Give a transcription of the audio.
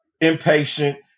impatient